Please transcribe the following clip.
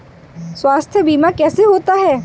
स्वास्थ्य बीमा कैसे होता है?